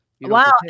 Wow